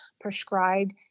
prescribed